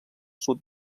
sud